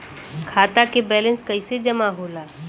खाता के वैंलेस कइसे जमा होला?